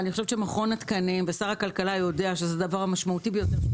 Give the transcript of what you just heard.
אני חושבת שמכון התקנים ושר הכלכלה יודעים שזה דבר משמעותי ביותר,